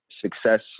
success